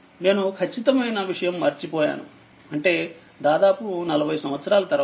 నేను ఖచ్చితమైన విషయం మర్చిపోయాను అంటేదాదాపు40సంవత్సరాలతర్వాత